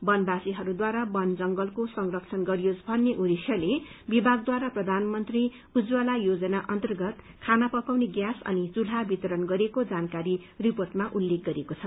बनवासीहरूद्वारा बनजंगलको संरक्षण गरयोस भन्ने उद्देश्यले विभागद्वारा प्रधानमन्त्री उज्जवला योजना अन्तर्गत खाना पकाउने ग्यास अनि चुल्हा वितरण गरिएको जानकारी रिपोर्टमा उल्लेख गरिएको छ